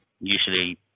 usually